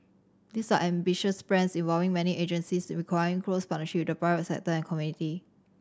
these are ambitious plans involving many agencies and requiring close partnership with the private sector and community